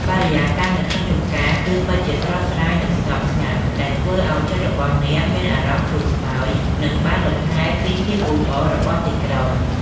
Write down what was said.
បរិយាកាសនៅក្នុងចម្ការគឺពិតជាស្រស់ស្រាយនិងស្ងប់ស្ងាត់ ដែលធ្វើឱ្យចិត្តរបស់អ្នកមានអារម្មណ៍ធូរស្បើយនិងបានលម្ហែពីភាពអ៊ូអររបស់ទីក្រុង។